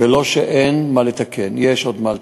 ולא שאין מה לתקן, יש עוד מה לתקן.